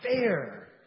fair